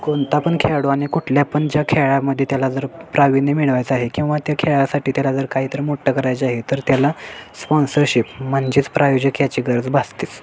कोणता पण खेळाडू आणि कुठल्या पण ज्या खेळामध्ये त्याला जर प्राविण्य मिळवायचं आहे किंवा त्या खेळासाठी त्याला जर काहीतरी मोठं करायचं आहे तर त्याला स्पॉन्सरशिप म्हणजेच प्रायोजक याची गरज भासतेच